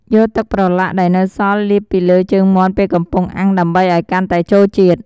យកទឹកប្រឡាក់ដែលនៅសល់លាបពីលើជើងមាន់ពេលកំពុងអាំងដើម្បីឱ្យកាន់តែចូលជាតិ។